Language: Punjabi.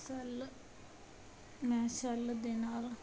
ਸੈਲ ਮੈਂ ਸੈਲ ਦੇ ਨਾਲ